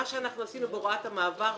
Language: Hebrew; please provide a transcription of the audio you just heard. מה שעשינו בהוראת המעבר,